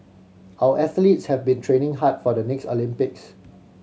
our athletes have been training hard for the next Olympics